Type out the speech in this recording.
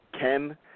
Ken